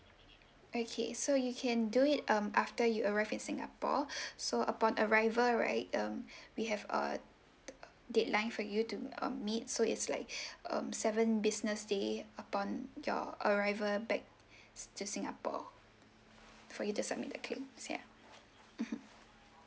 okay so you can do it um after you arrive in singapore so upon arrival right um we have uh deadline for you to um meet so it's like um seven business day upon your arrival back to singapore for you to submit the claim so ya mmhmm